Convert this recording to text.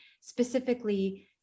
specifically